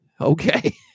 Okay